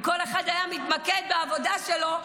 אם כל אחד היה מתמקד בעבודה שלו,